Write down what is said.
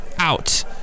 Out